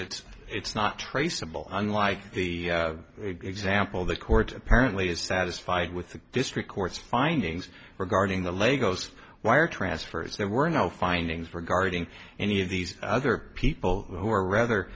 it it's not traceable unlike the example the court apparently is satisfied with the district court's findings regarding the lego's wire transfers there were no findings regarding any of these other people who are rather